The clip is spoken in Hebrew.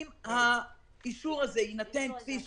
אם האישור הזה יינתן כפי שהוא,